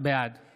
בעד